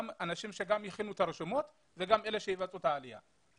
אנשים שגם הכינו את הרשימות וגם אתה שיבצעו את העלייה.